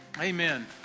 amen